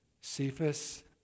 Cephas